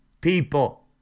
people